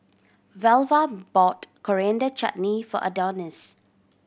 Velva bought Coriander Chutney for Adonis